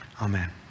Amen